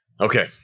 Okay